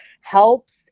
helps